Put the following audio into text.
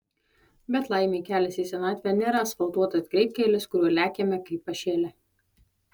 bet laimei kelias į senatvę nėra asfaltuotas greitkelis kuriuo lekiame kaip pašėlę